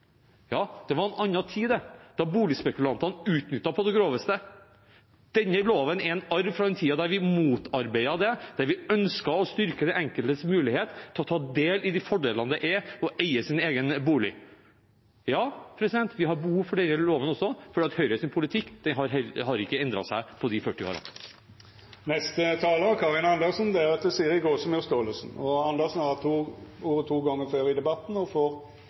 Ja, det var en annen tid da boligspekulantene utnyttet folk på det groveste. Denne loven er en arv fra den tiden da vi motarbeidet det, da vi ønsket å styrke den enkeltes mulighet til å ta del i fordelene ved å eie sin egen bolig. Vi har behov for denne loven også, for Høyres politikk har heller ikke endret seg på disse 40 årene. Representanten Karin Andersen har hatt ordet to gonger tidlegare i debatten og får ordet til ein kort merknad, avgrensa til 1 minutt. Jeg har